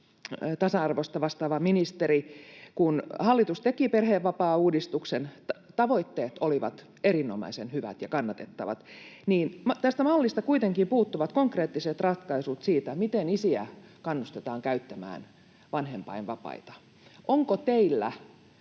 tasa-arvosta vastaava ministeri: Kun hallitus teki perhevapaauudistuksen, tavoitteet olivat erinomaisen hyvät ja kannatettavat. Tästä mallista kuitenkin puuttuvat konkreettiset ratkaisut siitä, miten isiä kannustetaan käyttämään vanhempainvapaita. Onko teillä